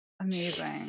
Amazing